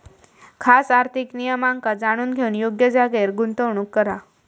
खास आर्थिक नियमांका जाणून घेऊन योग्य जागेर गुंतवणूक करा